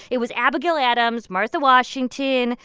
it was abigail adams, martha washington.